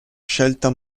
scelta